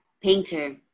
painter